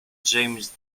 james